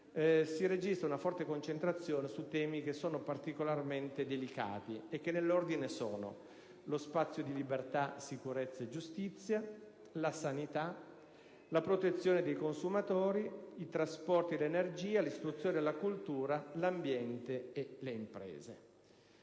si registra una forte concentrazione su temi particolarmente delicati e che nell'ordine sono: lo spazio di libertà, sicurezza e giustizia; la sanità; la protezione dei consumatori; i trasporti e l'energia; l'istruzione e la cultura; l'ambiente e le imprese.